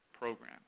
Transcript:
program